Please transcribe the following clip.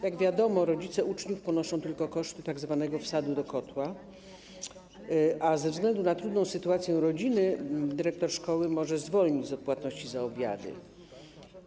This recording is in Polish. Jak wiadomo, rodzice uczniów ponoszą tylko koszty tzw. wsadu do kotła, a ze względu na trudną sytuację rodziny dyrektor szkoły może zwolnić z odpłatności za obiady.